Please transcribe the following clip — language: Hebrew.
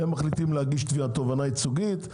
הם מחליטים להגיש תביעת תובענה ייצוגית,